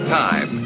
time